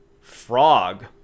frog